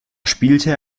spielte